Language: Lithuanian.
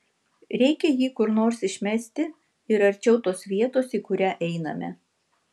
reikia jį kur nors išmesti ir arčiau tos vietos į kurią einame